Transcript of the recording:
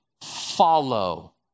follow